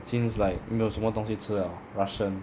seems like 没有什么东西的吃了 russian